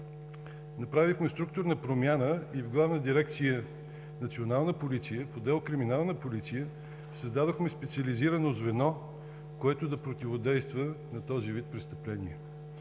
направихме структурна промяна и в Главна дирекция „Национална полиция“, в отдел „Криминална полиция“, създадохме специализирано звено, което да противодейства на този вид престъпление.